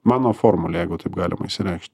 mano formulė jeigu taip galima išsireikšti